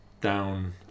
down